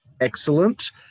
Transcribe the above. Excellent